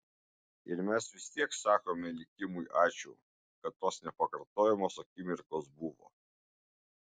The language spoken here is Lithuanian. ir mes vis tiek sakome likimui ačiū kad tos nepakartojamos akimirkos buvo